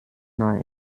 neue